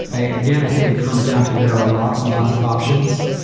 i again, i think it comes down to there are lots and lots of options.